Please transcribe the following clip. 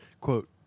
quote